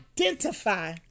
identify